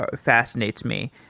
ah fascinates me.